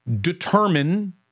determine